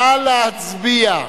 נא להצביע,